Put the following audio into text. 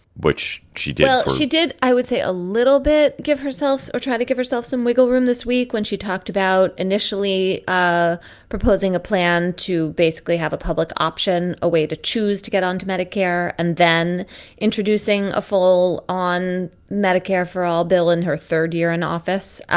which she did? she did i would say a a little bit give herself or try to give herself some wiggle room this week when she talked about initially proposing a plan to basically have a public option, a way to choose to get onto medicare, and then introducing a full on medicare for all bill in her third year in office.